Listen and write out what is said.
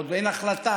עוד אין החלטה,